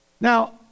Now